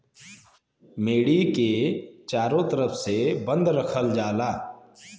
मेड़ी के चारों तरफ से बंद रखल जाला